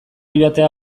joatea